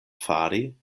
fari